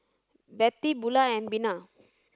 Bettie Bula and Bina